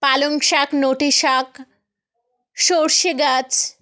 পালং শাক নোটে শাক সরষে গাছ